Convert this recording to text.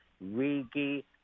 rigi